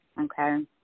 okay